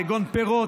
כגון פירות,